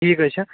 ٹھیٖک حظ چھُ